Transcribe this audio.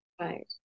Right